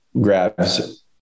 grabs